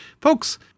folks